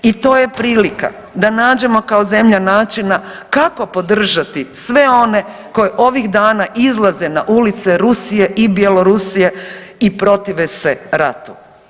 I to je prilika da nađemo kao zemlja načina kako podržati sve one koji ovih dana izlaze na ulice Rusije i Bjelorusije i protive se ratu.